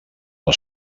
pel